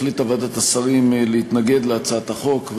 החליטה ועדת השרים להתנגד להצעת החוק,